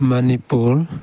Manipur